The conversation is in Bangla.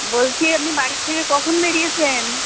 বলছি আপনি বাড়ি থেকে কখন বেড়িয়েছেন